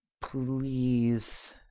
please